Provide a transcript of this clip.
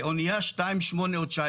לאוניה, שתיים, שמונה, או 19,